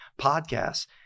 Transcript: podcasts